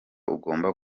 ugomba